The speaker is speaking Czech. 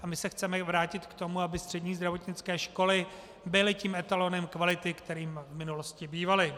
A my se chceme vrátit k tomu, aby střední zdravotnické školy byly tím etalonem kvality, kterým v minulosti bývaly.